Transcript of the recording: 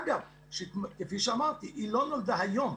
אגב, כפי שאמרתי, היא לא נולדה היום.